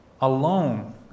alone